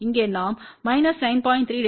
இங்கே நாம் மைனஸ் 9